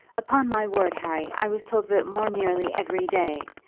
upon my word, harry, i was told of it more nearly every day.